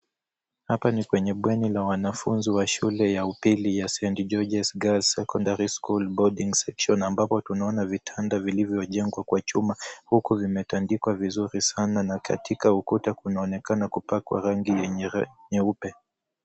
Hapa ni kwenye bweni ya wanafunzi wa shule ya upili ya St. Georges Girls Secondary School Boarding Section ambapo tunaona vitanda vilivyo jengwa kwa chuma huku vimetandikwa vizuri sana na katika ukuta kunaonekana kupakwa rangi nyeupe.